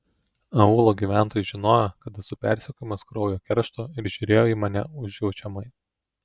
aūlo gyventojai žinojo kad esu persekiojamas kraujo keršto ir žiūrėjo į mane užjaučiamai